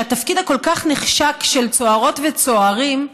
שהתפקיד הכל-כך נחשק של צוערות וצוערים,